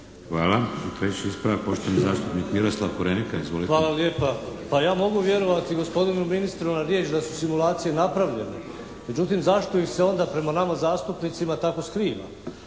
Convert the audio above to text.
Hvala. Treći ispravak, poštovani zastupnik Miroslav Korenika. Izvolite. **Korenika, Miroslav (SDP)** Hvala lijepa. Pa ja mogu vjerovati gospodinu ministru na riječ da su simulacije napravljene, međutim, zašto ih se onda prema nama zastupnicima tako skriva.